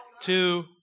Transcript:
two